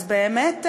אז באמת,